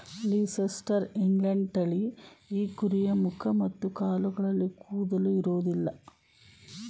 Leicester England ತಳಿ ಈ ಕುರಿಯ ಮುಖ ಮತ್ತು ಕಾಲುಗಳಲ್ಲಿ ಕೂದಲು ಇರೋದಿಲ್ಲ